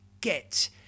get